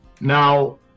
Now